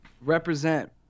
Represent